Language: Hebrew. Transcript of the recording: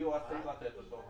סיוע צריכים לתת אותו.